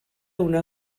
una